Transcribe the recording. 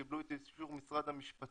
קיבלו את אישור משרד המשפטים,